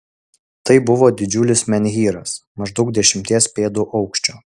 tai buvo didžiulis menhyras maždaug dešimties pėdų aukščio